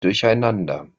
durcheinander